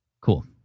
cool